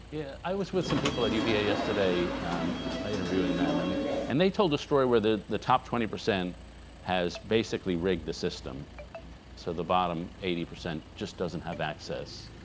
yeah, i was with some people at uva yesterday interviewing them and and they told the story where the the top twenty percent has basically rigged the system so the bottom eighty percent just doesn't have access.